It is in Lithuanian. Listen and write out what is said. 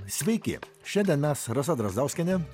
sveiki šiandien mes rasa drazdauskienė